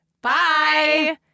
Bye